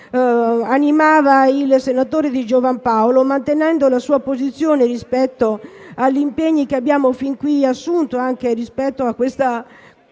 fa animava il senatore Di Giovan Paolo, mantenendo la sua posizione rispetto agli impegni che abbiamo fin qui assunto, anche rispetto a questa